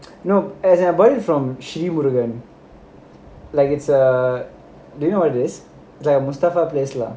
no as I bought it from Sri Murugan murugan like it's a during holidays like a mustafa place lah